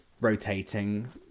Rotating